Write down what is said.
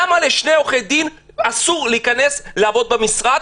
למה לשני עורכי דין אסור לעבוד במשרד,